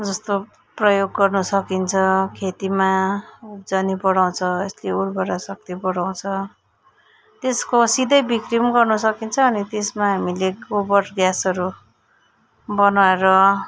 जस्तो प्रयोग गर्न सकिन्छ खेतीमा उब्जनी बढाउँछ यसले उर्वर शक्ति बढाउँछ त्यसको सिधै बिक्री पनि गर्नु सकिन्छ अनि त्यसमा हामीले गोबर ग्यासहरू बनाएर